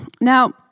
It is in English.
Now